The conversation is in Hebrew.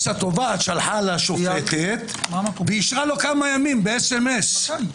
התובעת שלחה לשופטת ואישרה לו כמה ימים בסמ"ס.